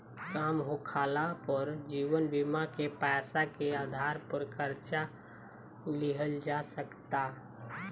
काम होखाला पर जीवन बीमा के पैसा के आधार पर कर्जा लिहल जा सकता